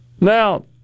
Now